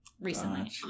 recently